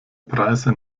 preise